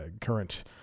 current